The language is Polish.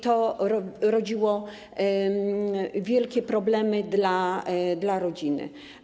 To rodziło wielkie problemy dla rodziny.